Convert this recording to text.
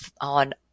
on